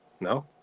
no